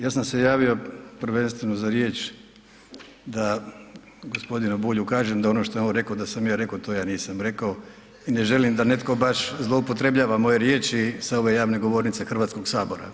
Ja sam se javio prvenstveno za riječ da g. Bulju kažem da ono što je on reko da sam ja reko, to ja nisam rekao i ne želim da netko baš zloupotrebljava moje riječi sa ove javne govornice HS.